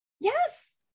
yes